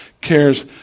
cares